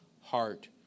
heart